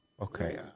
Okay